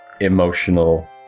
emotional